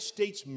States